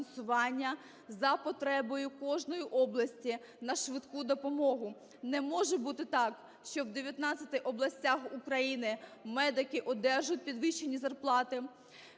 за потребою кожної області на швидку допомогу. Не може бути так, що в 19 областях України медики одержать підвищені зарплати,